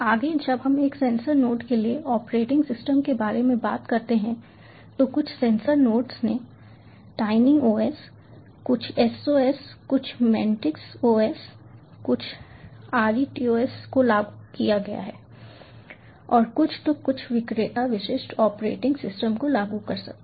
आगे जब हम एक सेंसर नोड के लिए ऑपरेटिंग सिस्टम के बारे में बात करते हैं तो कुछ सेंसर नोड्स ने TinyOS कुछ SOS कुछ मेंटिस OS कुछ RETOS को लागू किया है और कुछ तो कुछ विक्रेता विशिष्ट ऑपरेटिंग सिस्टम को लागू कर सकते हैं